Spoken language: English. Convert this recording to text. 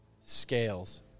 scales